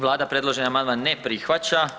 Vlada predloženi amandman ne prihvaća.